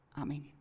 Amen